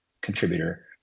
contributor